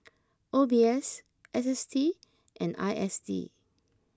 O B S S S T and I S D